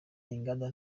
inganda